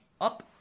up